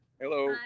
Hello